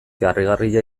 harrigarria